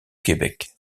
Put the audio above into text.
québec